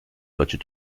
deutsche